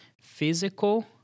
physical